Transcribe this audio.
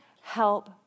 help